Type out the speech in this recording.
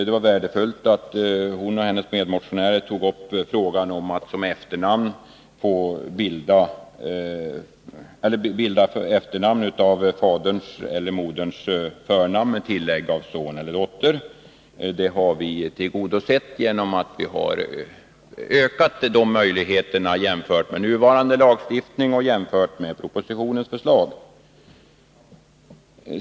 Det var värdefullt att hon och hennes medmotionärer tog upp frågan om att man skall kunna bilda efternamn av faderns eller moderns förnamn med tillägget son eller dotter. Det yrkandet har vi tillgodosett genom att öka dessa möjligheter jämfört med nuvarande lagstiftning och jämfört med propositionens förslag.